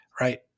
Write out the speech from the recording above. right